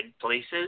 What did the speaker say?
places